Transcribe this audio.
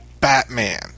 Batman